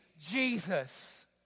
Jesus